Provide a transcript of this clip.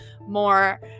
more